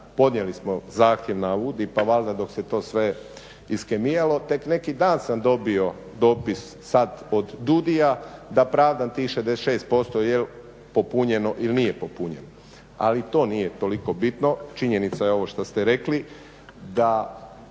podnijeli smo zahtjev na AUDI pa valjda dok se to sve iskemijalo, tek neki dan sam dobio dopis sad od DUDI-ja da pravdam tih 66% jel popunjeno ili nije popunjeno, ali i to nije toliko bitno. činjenica je ovo što ste rekli da